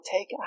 take